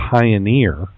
Pioneer